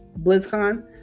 BlizzCon